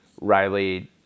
Riley